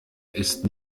ist